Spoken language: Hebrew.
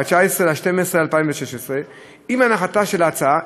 ב-19 בדצמבר 2016. עם הנחת ההצעה,